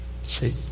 See